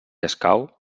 escau